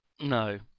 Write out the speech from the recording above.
No